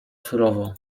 surowo